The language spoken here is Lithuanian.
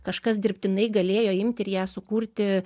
kažkas dirbtinai galėjo imti ir ją sukurti